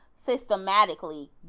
Systematically